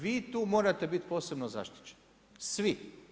Vi tu morate biti posebno zaštićeni, svi.